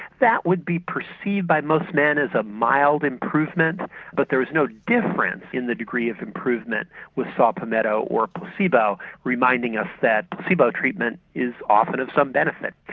that would be perceived by most men as a mild improvement but there's no difference in the degree of improvement with saw palmetto or placebo, reminding us that the placebo treatment is often of some benefit.